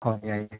ꯍꯣꯏ ꯌꯥꯏꯌꯦ ꯌꯥꯏꯌꯦ